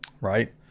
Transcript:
Right